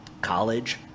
college